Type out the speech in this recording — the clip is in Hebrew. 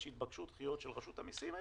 כשהתבקשו דחיות של רשות המיסים,